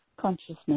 consciousness